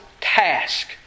task